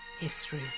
history